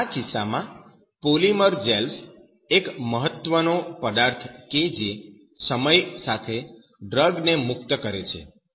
આ કિસ્સામાં polymer gels એક મહત્વનો પદાર્થ કે જે સમય સાથે ડ્રગ ને મુક્ત કરે છે